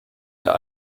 der